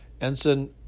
Ensign